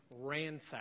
ransacked